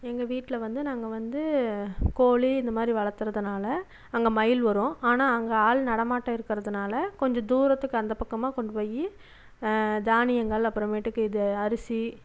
எங்கள் வீட்டில் வந்து நாங்கள் வந்து கோழி இந்தமாதிரி வளர்த்துறதுனால அங்கே மயில் வரும் ஆனால் அங்கே ஆள் நடமாட்டம் இருக்கிறதுனால கொஞ்சம் தூரத்துக்கு அந்தப் பக்கமாக கொண்டு போய் தானியங்கள் அப்புறமேட்டுக்கு இது அரிசி